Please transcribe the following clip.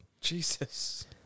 Jesus